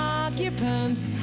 occupants